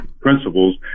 principles